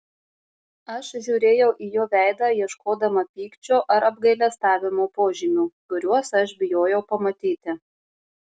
aš žiūrėjau į jo veidą ieškodama pykčio ar apgailestavimo požymių kuriuos aš bijojau pamatyti